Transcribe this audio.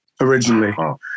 originally